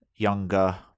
younger